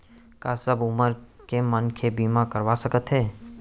का सब उमर के मनखे बीमा करवा सकथे?